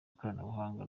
ikoranabuhanga